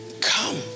come